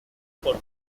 por